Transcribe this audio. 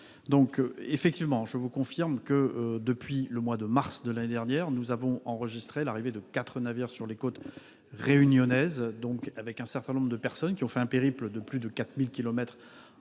Monsieur le sénateur, je vous confirme que, depuis le mois de mars de l'année dernière, nous avons enregistré l'arrivée de quatre navires sur les côtes réunionnaises, transportant un certain nombre de personnes qui auront donc fait un périple de plus de 4 000 kilomètres